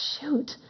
shoot